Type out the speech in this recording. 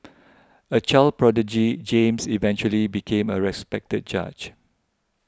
a child prodigy James eventually became a respected judge